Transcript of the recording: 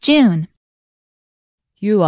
June